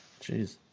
Jeez